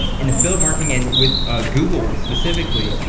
in affiliate marketing and with google specifically,